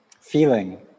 feeling